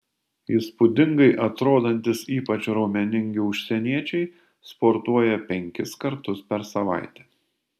įspūdingai atrodantys ypač raumeningi užsieniečiai sportuoja penkis kartus per savaitę